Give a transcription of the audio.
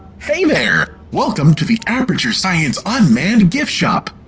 hey there! welcome to the aperture science un-manned gift-shop!